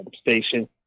station